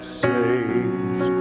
saves